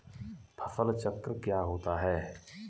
फसल चक्र क्या होता है?